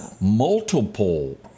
multiple